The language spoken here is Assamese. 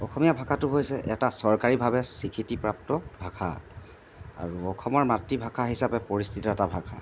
অসমীয়া ভাষাটো হৈছে এটা চৰকাৰীভাৱে স্বীকৃতিপ্ৰাপ্ত ভাষা আৰু অসমৰ মাতৃভাষা হিচাপে পৰিচিত এটা ভাষা